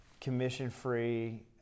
commission-free